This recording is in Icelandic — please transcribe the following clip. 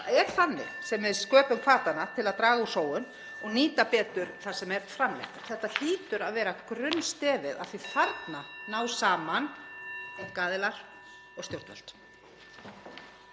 hringir.) sem við sköpum hvatana til að draga úr sóun og nýta betur það sem er framleitt. Þetta hlýtur að vera grunnstefið af því að þarna ná saman einkaaðilar og stjórnvöld.